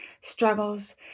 struggles